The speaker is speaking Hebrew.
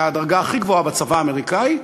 זו הדרגה הכי גבוהה בצבא האמריקני,